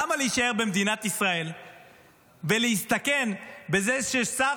למה להישאר במדינת ישראל ולהסתכן בזה ששר